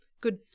Good